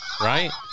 Right